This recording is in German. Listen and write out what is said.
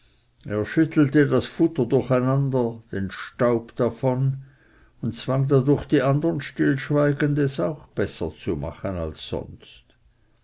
gewohnten eigelichkeit das futter durcheinander den staub davon und zwang da durch die andern stillschweigend es auch besser zu machen als sonst